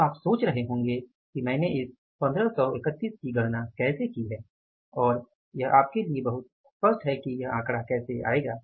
अब आप सोच रहे होंगे कि मैंने इस 1531 की गणना कैसे की है और यह आपके लिए बहुत स्पष्ट है कि यह आंकड़ा कैसे आएगा